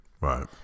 Right